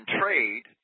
trade